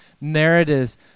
narratives